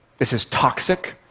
this is toxic,